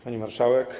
Pani Marszałek!